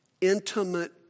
intimate